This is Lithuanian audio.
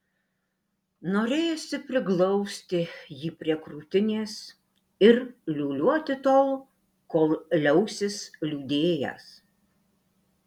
norėjosi priglausti jį prie krūtinės ir liūliuoti tol kol liausis liūdėjęs